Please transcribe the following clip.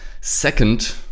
Second